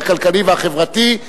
הכלכלי והחברתי,